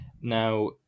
Now